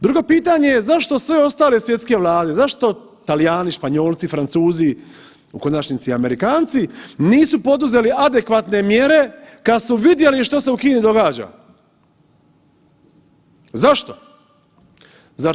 Drugo pitanje je zašto sve ostale svjetske vlade, zašto Talijani, Španjolci, Francuzi u konačnici Amerikanci nisu poduzeli adekvatne mjere kada su vidjeli što se u Kini događa, zašto?